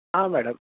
हा मॅडम